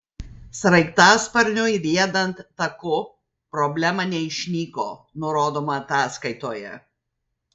sraigtasparniui riedant taku problema neišnyko nurodoma ataskaitoje